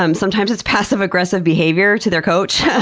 um sometimes it's passive aggressive behavior to their coach.